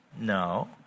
No